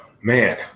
man